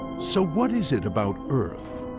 so what is it about earth,